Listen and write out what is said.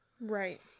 Right